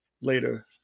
later